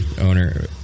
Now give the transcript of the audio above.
owner